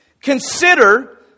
Consider